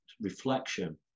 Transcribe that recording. reflection